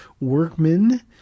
workmen